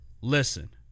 listen